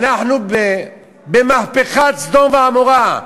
אנחנו במהפכת סדום ועמורה,